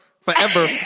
Forever